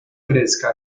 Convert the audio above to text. fresca